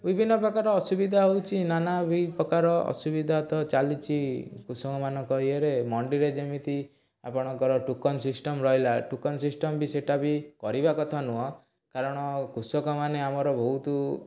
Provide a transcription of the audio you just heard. ବିଭିନ୍ନ ପ୍ରକାର ଅସୁବିଧା ହେଉଛି ନାନା ବି ପ୍ରକାର ଅସୁବିଧା ତ ଚାଲିଛି କୁଷକମାନଙ୍କ ଇଏରେ ମଣ୍ଡିରେ ଯେମିତି ଆପଣଙ୍କର ଟୋକନ ସିଷ୍ଟମ୍ ରହିଲା ଟୋକନ ସିଷ୍ଟମ୍ ବି ସିଟା ବି କରିବା କଥା ନୁହଁ କାରଣ କୁଷକ ମାନେ ଆମର ବହୁତ